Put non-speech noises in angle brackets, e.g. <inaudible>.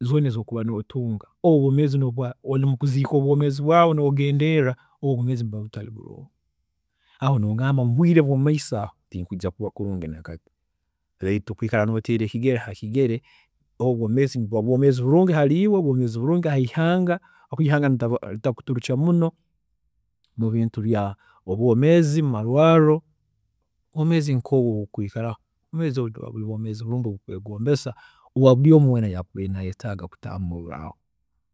zoona ezi orikuba n'otunga, obu obwoomeezi nooba orimukuziika obwoomeezi bwaawe nogendeerra, obu obwoomeezi nibuba butari bulungi, aho nogamba mubwiire bw'omumaiso aho, tinkujya kuba kulungi nakati, baitu kwikara notemba ekigere ha kigere obu obwoomeezi buba bwoomeezi bulungi hari iwe, bwomeezi bulungi haihanga, obu ihanga niriba <unintelligible> ritakuturukya muno, mubintu bya obwoomeezi mumarwaarro, obwoomeezi nkoobu kwiikaraho, obwoomeezi obu nibuba buri bulungi obukwegombesa, obwoomeezi omuntu weena yakubaire nayetaaga kutaambuurraho